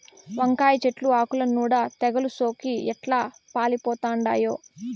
వంకాయ చెట్లు ఆకుల నూడ తెగలు సోకి ఎట్లా పాలిపోతండామో